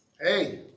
hey